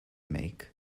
make